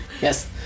yes